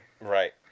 Right